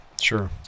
Sure